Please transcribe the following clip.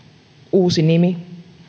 uusi nimi